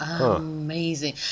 amazing